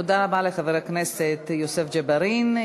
תודה רבה לחבר הכנסת יוסף ג'בארין.